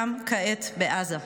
גם כעת בעזה.